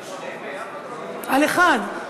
על שניהם ביחד או, על אחד.